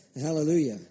hallelujah